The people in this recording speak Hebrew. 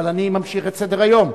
אבל אני ממשיך את סדר-היום.